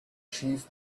chief